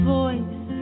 voice